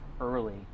early